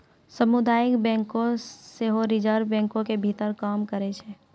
समुदायिक बैंक सेहो रिजर्वे बैंको के भीतर काम करै छै